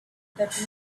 that